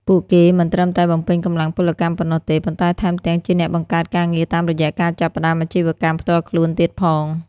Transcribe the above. ពួកគេមិនត្រឹមតែបំពេញកម្លាំងពលកម្មប៉ុណ្ណោះទេ ប៉ុន្តែថែមទាំងជាអ្នកបង្កើតការងារតាមរយៈការចាប់ផ្តើមអាជីវកម្មផ្ទាល់ខ្លួនទៀតផង។